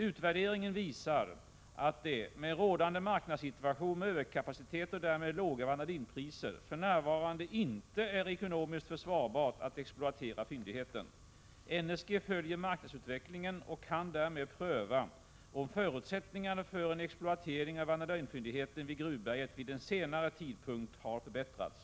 Utvärderingen visar att det, med rådande marknadssituation med överkapacitet och därmed låga vanadinpriser, för närvarande inte är ekonomiskt försvarbart att exploatera fyndigheten. NSG följer marknadsutvecklingen och kan därmed pröva om förutsättningarna för en exploatering av vanadinfyndigheten vid Gruvberget vid en senare tidpunkt har förbättrats.